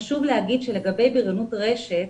חשוב לומר שלגבי בריונות רשת,